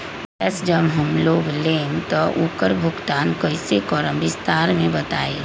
Gas जब हम लोग लेम त उकर भुगतान कइसे करम विस्तार मे बताई?